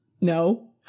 no